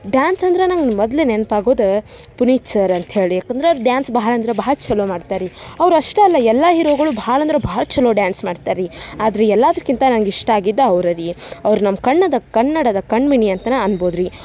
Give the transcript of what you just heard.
dance ಅಂದರೆ ನಂಗೆ ಮೊದ್ಲು ನೆನ್ಪಾಗೋದು ಪುನೀತ್ ಸರ್ ಅಂತ ಹೇಳಿ ಯಾಕಂದ್ರೆ ಡ್ಯಾನ್ಸ್ ಬಹಳ ಅಂದ್ರೆ ಬಹಳ ಛಲೊ ಮಾಡ್ತಾರೆ ರಿ ಅವ್ರಷ್ಟೇ ಅಲ್ಲ ಎಲ್ಲ ಹೀರೋಗಳು ಬಹಳ ಅಂದ್ರೆ ಬಹಳ ಛಲೊ ಡ್ಯಾನ್ಸ್ ಮಾಡ್ತಾರೆ ರಿ ಆದರೆ ಎಲ್ಲದಕ್ಕಿಂತ ನಂಗೆ ಇಷ್ಟ ಆಗಿದ್ದು ಅವ್ರೇ ರೀ ಅವ್ರು ನಮ್ಮ ಕಣ್ಣದ ಕನ್ನಡದ ಕಣ್ಮಣಿ ಅಂತನೇ ಅನ್ಬೋದು ರಿ